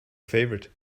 favorite